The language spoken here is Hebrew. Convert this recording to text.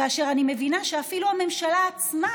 כאשר אני מבינה שאפילו הממשלה עצמה,